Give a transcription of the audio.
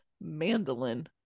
Mandolin